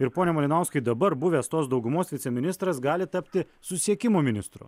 ir pone malinauskai dabar buvęs tos daugumos viceministras gali tapti susisiekimo ministru